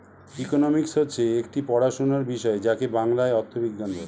economics হচ্ছে একটি পড়াশোনার বিষয় যাকে বাংলায় অর্থবিজ্ঞান বলে